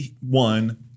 one